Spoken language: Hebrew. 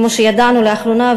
כמו שידענו לאחרונה,